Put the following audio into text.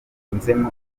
yunzemo